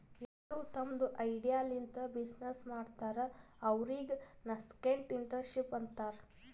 ಯಾರು ತಮ್ದು ಐಡಿಯಾ ಲಿಂತ ಬಿಸಿನ್ನೆಸ್ ಮಾಡ್ತಾರ ಅವ್ರಿಗ ನಸ್ಕೆಂಟ್ಇಂಟರಪ್ರೆನರ್ಶಿಪ್ ಅಂತಾರ್